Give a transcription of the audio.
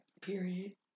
Period